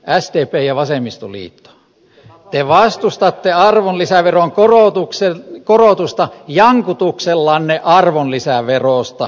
sdp ja vasemmistoliitto te vastustatte arvonlisäveron korotusta jankutuksellanne arvonlisäverosta tasaverona jankutuksellanne tasaverosta